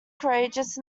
courageous